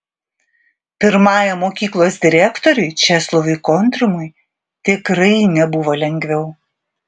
pirmajam mokyklos direktoriui česlovui kontrimui tikrai nebuvo lengviau